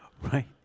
Right